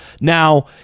Now